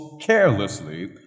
carelessly